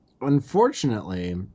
Unfortunately